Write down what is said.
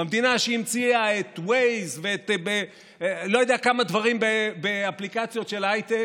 במדינה שהמציאה את Waze ולא יודע כמה דברים באפליקציות של הייטק,